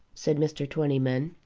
said mr. twentyman.